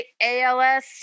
ALS